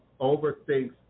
overthinks